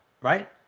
right